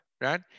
Right